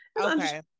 Okay